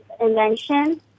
invention